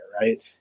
right